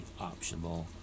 optional